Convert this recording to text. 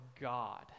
God